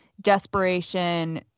desperation